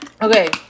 Okay